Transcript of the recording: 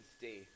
day